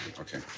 Okay